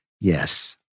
Yes